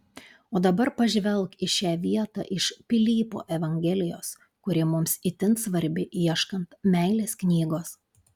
o dabar pažvelk į šią vietą iš pilypo evangelijos kuri mums itin svarbi ieškant meilės knygos